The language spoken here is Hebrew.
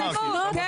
המודעות.